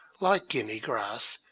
like guinea grass,